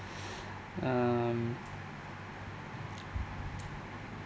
um